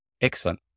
Excellent